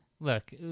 Look